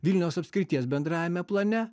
vilniaus apskrities bendrajame plane